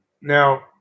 now